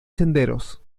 senderos